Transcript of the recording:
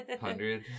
Hundred